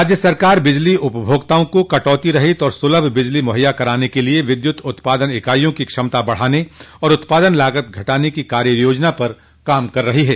राज्य सरकार बिजली उपभोक्ताओं को कटौती रहित और सुलभ बिजली मुहैया कराने के लिये विद्युत उत्पादन इकाईयों की क्षमता बढ़ाने और उत्पादन लागत घटाने की कार्य योजना पर काम कर रही है